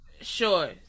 Sure